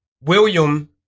william